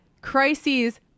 crises